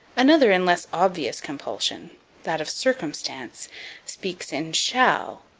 another and less obvious compulsion that of circumstance speaks in shall,